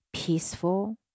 Peaceful